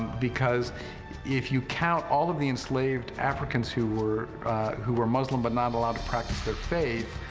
because if you count all of the enslaved africans who were who were muslim but not allowed to practice their faith,